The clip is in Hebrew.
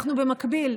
אנחנו במקביל,